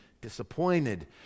disappointed